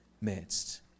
midst